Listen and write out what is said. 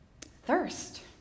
Thirst